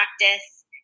practice